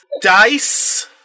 Dice